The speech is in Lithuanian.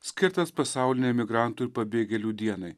skirtas pasaulinei migrantų ir pabėgėlių dienai